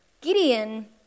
Gideon